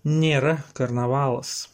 nėra karnavalas